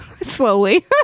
slowly